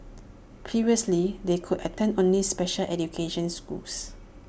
previously they could attend only special education schools